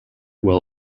will